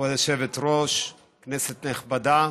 כבוד היושבת-ראש, כנסת נכבדה,